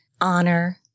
honor